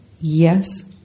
yes